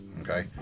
okay